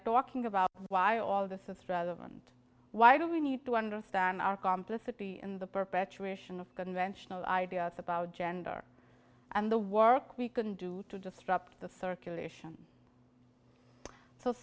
talking about why all this is relevant why do we need to understand our complicity in the perpetuation of conventional ideas about gender and the work we can do to destruct the circulation so